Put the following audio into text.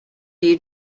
you